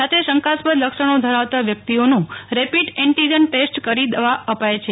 સાથે શંકાસ્પદ લક્ષણો ધરાવતા વ્યકિતઓનું રેપીડ એન્ટીજન ટેસ્ટ કરી દવા પાય છે